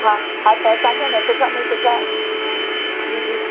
हा हा त असांखे न सुठा में सुठा जी जी